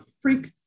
freak